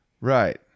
Right